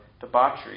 debauchery